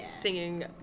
singing